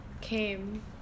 came